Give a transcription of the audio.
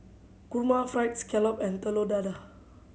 kurma Fried Scallop and Telur Dadah